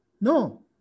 No